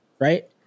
Right